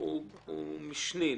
הוא משני.